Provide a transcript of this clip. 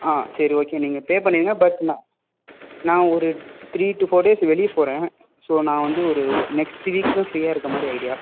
ஆ சரி ஓகே நீங்கள் பே பண்ணிடுங்க பட் நான் நான் ஒரு த்ரீ டு ஃபோர் டேஸ் வெளியே போகிறேன் ஸோ நான் வந்து ஒரு நெக்ஸ்ட்டு வீக் தான் ஃப்ரீயாக இருக்க மாதிரி ஐடியா